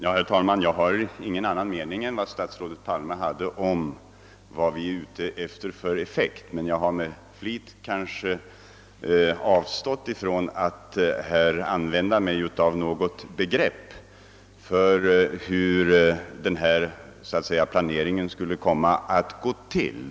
Herr talman! Om vilken effekt vi är ute efter har jag ingen annan mening än den som statsrådet Palme hade. Jag har med flit avstått från att här använda mig av någon bestämd term för att beskriva hur planeringen skulle komma att gå till.